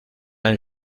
año